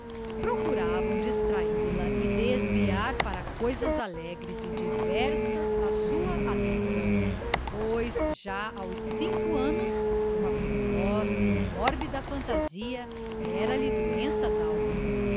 procuraram distrahil a e desviar para coisas alegres e diversas a sua attenção pois já aos cinco annos uma precoce e mórbida phantasia era ihe doença d'alma